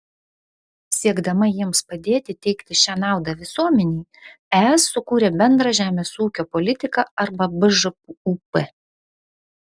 siekdama jiems padėti teikti šią naudą visuomenei es sukūrė bendrą žemės ūkio politiką arba bžūp